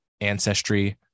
ancestry